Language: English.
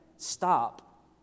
stop